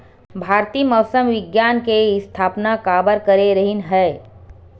भारती मौसम विज्ञान के स्थापना काबर करे रहीन है?